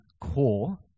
core